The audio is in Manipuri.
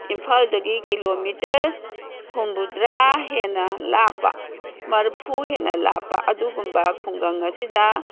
ꯏꯝꯐꯥꯜꯗꯒꯤ ꯀꯤꯂꯣꯃꯤꯇꯔ ꯍꯨꯝꯕꯨꯗ꯭ꯔꯥ ꯍꯦꯟꯅ ꯂꯥꯞꯄ ꯃꯔꯐꯨ ꯍꯦꯟꯅ ꯂꯥꯞꯄ ꯑꯗꯨꯒꯨꯝꯕ ꯈꯨꯡꯒꯪ ꯑꯁꯤꯗ